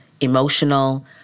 emotional